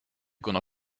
gonna